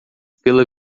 pela